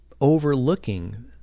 overlooking